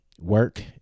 work